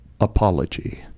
apology